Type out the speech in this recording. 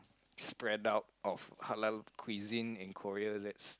spread out of halal cuisine and Korea let's